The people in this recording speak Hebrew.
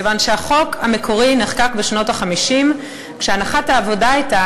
כיוון שהחוק המקורי נחקק בשנות ה-50 כשהנחת העבודה הייתה